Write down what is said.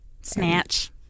snatch